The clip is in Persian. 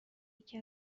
یکی